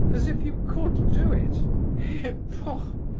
as if you could do it him pooh!